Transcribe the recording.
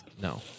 no